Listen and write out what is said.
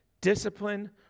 discipline